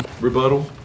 Rebuttal